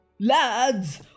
Lads